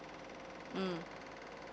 mm